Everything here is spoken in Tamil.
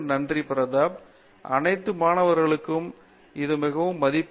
பேராசிரியர் பிரதாப் ஹரிதாஸ் அனைத்து மாணவர்களுக்கும் இது மிகவும் மதிப்புமிக்கது